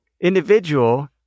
individual